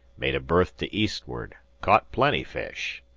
made a berth to eastward. caught plenty fish.